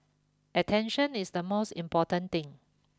attention is the most important thing